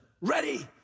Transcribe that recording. ready